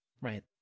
Right